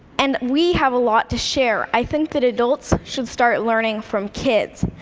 and we have a lot to share. i think that adults should start learning from kids.